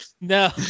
No